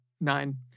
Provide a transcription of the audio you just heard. nine